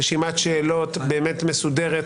רשימת שאלות מסודרת?